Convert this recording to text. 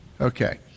Okay